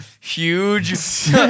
huge